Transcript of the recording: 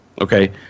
Okay